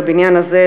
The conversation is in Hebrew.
בבניין הזה,